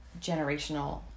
generational